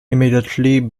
immediately